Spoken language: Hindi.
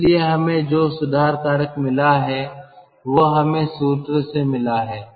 इसलिए हमें जो सुधार कारक मिला है वह हमें सूत्र से मिला है